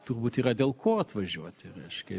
turbūt yra dėl ko atvažiuoti reikšia